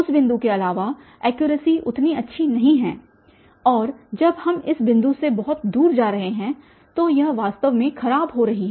उस बिंदु के अलावा ऐक्युरसी उतनी अच्छी नहीं है और जब हम इस बिंदु से बहुत दूर जा रहे हैं तो यह वास्तव में खराब हो रही है